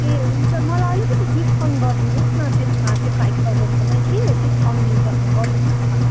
ए हुन्छ मलाई अलिकति डिस्काउन्ट गरिदिनुहोस् न त्यसमा त्यो फाइभ थाउज्यान्डकोमै कि डिस्काउन्ट मिल्छ भने गरिदिनुहोस् न